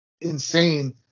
insane